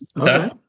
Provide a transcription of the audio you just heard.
Okay